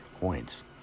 points